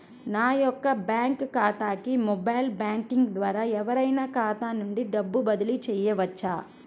నా యొక్క బ్యాంక్ ఖాతాకి మొబైల్ బ్యాంకింగ్ ద్వారా ఎవరైనా ఖాతా నుండి డబ్బు బదిలీ చేయవచ్చా?